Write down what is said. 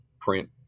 print